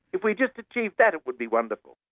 if we just achieved that, it would be wonderful.